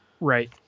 right